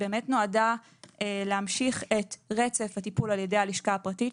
נועדה להמשיך את רצף הטיפול על-ידי הלשכה הפרטית,